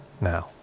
now